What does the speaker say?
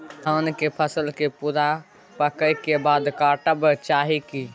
धान के फसल के पूरा पकै के बाद काटब चाही की?